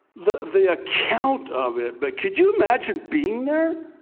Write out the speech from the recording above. the the account of it. but could you imagine being there?